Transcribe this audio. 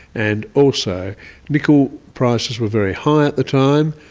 and also nickel prices were very high at the time,